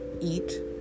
eat